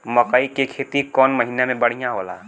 मकई के खेती कौन महीना में बढ़िया होला?